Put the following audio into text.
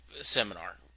seminar